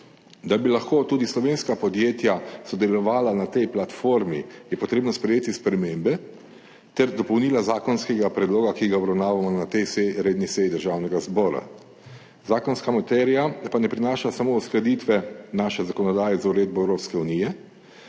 Da bi lahko tudi slovenska podjetja sodelovala na tej platformi, je potrebno sprejeti spremembe ter dopolnila zakonskega predloga, ki ga obravnavamo na tej seji, redni seji Državnega zbora. Zakonska materija pa ne prinaša samo uskladitve naše zakonodaje z uredbo Evropske unije,